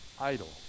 idle